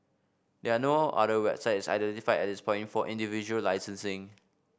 there are no other websites identified at this point for individual licensing